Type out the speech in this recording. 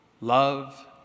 love